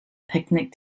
picnic